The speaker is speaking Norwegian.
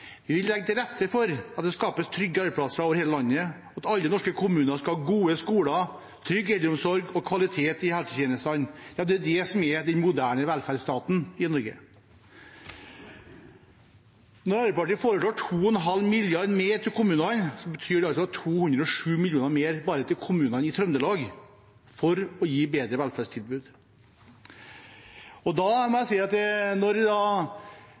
Vi vil legge til rette for at det skapes trygge arbeidsplasser over hele landet, og at alle norske kommuner skal ha gode skoler, trygg eldreomsorg og kvalitet i helsetjenestene. Det er det som er den moderne velferdsstaten i Norge. Når Arbeiderpartiet foreslår 2,5 mrd. kr mer til kommunene, betyr det 207 mill. kr mer bare til kommunene i Trøndelag for å gi et bedre velferdstilbud. Jeg ser at distriktsministeren i hvert fall erkjenner at